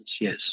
Yes